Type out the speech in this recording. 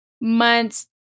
months